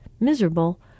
Miserable